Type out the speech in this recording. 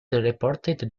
reported